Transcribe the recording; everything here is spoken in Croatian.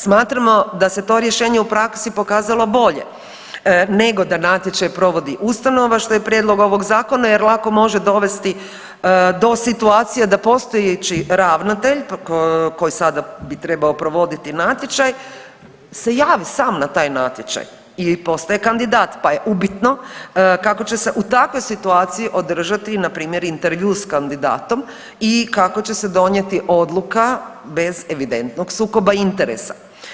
Smatramo da se to rješenje u praksi pokazalo bolje nego da natječaj provodi ustanova što je prijedlog ovog zakona, jer lako može dovesti do situacije da postojeći ravnatelj koji sada bi trebao provoditi natječaj se javi sam na taj natječaj i postaje kandidat, pa je upitno kako će se u takvoj situaciji održati, na primjer intervju sa kandidatom i kako će se donijeti odluka bez evidentnog sukoba interesa.